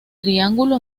triángulo